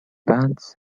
pants